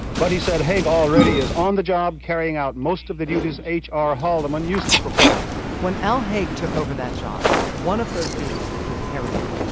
but he said haig already is on the job carrying out most of the duties ah hr haldeman used to perform when al haig took over that job, one of those duties that he inherited,